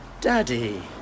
Daddy